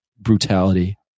brutality